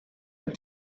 and